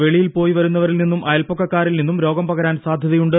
വെളിയിൽ പോയി വരുന്നവരിൽ നിന്നും അയൽപ്പക്കക്കാരിൽ നിന്നും രോഗം പകരാൻ സാധ്യതയുണ്ട്